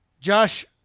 josh